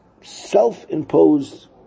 self-imposed